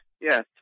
yes